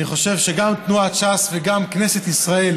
אני חושב שגם תנועת ש"ס וגם כנסת ישראל